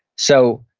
so,